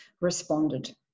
responded